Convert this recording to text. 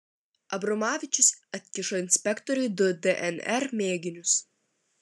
abromavičius atkišo inspektoriui du dnr mėginius